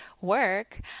work